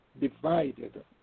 divided